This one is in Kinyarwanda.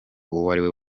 uwariwe